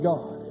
God